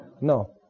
No